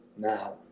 Now